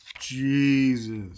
jesus